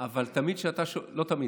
אבל תמיד כשאתה, לא תמיד.